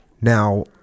now